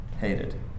hated